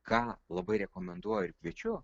ką labai rekomenduoju ir kviečiu